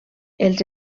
els